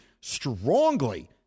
strongly